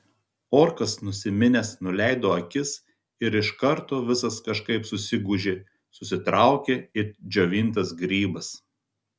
orkas nusiminęs nuleido akis ir iš karto visas kažkaip susigūžė susitraukė it džiovintas grybas